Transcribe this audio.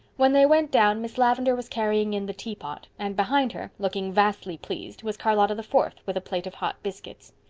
when they went down miss lavendar was carrying in the teapot, and behind her, looking vastly pleased, was charlotta the fourth, with a plate of hot biscuits.